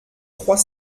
trois